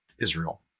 Israel